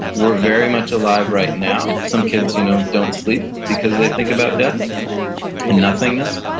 we're very much alive right now. some kids you know don't sleep because they think about death and nothingness,